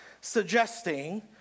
suggesting